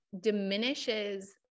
diminishes